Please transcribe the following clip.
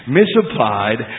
misapplied